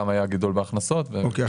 גם היה גידול בהכנסות והם --- אוקיי,